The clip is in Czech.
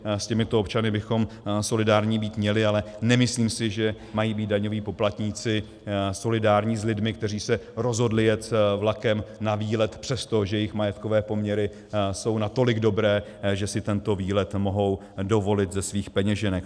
S těmito občany bychom solidární být měli, ale nemyslím si, že mají být daňoví poplatníci solidární s lidmi, kteří se rozhodli jet vlakem na výlet, přestože jejich majetkové poměry jsou natolik dobré, že si tento výlet mohou dovolit ze svých peněženek.